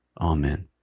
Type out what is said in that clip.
amen